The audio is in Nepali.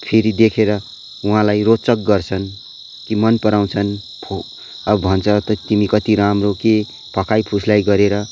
फेरि देखेर उहाँलाई रोचक गर्छन् कि मन पराउँछन् फो अब भन्छ त तिमी कति राम्रो कि फकाई फुस्ल्याई गरेर